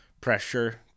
pressure